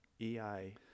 EI